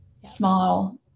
small